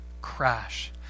crash